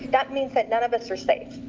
that means that none of us are safe,